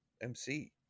MC